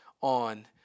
on